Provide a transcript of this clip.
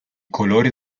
colori